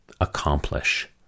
accomplish